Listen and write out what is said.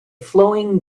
flowing